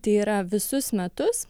tai yra visus metus